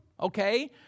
okay